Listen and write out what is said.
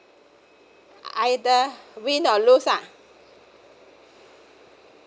either win or lose ah